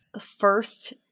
first